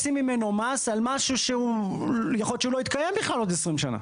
רוצים ממנו מס על משהו שיכול להיות שהוא לא יתקיים בכלל עוד שנה.